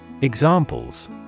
Examples